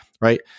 right